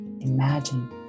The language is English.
imagine